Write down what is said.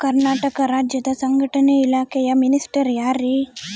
ಕರ್ನಾಟಕ ರಾಜ್ಯದ ಸಂಘಟನೆ ಇಲಾಖೆಯ ಮಿನಿಸ್ಟರ್ ಯಾರ್ರಿ?